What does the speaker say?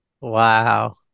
Wow